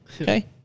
Okay